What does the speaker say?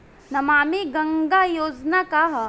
नमामि गंगा योजना का ह?